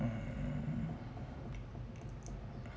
um